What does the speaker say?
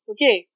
Okay